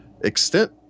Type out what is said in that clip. extent